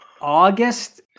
august